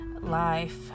life